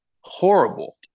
Horrible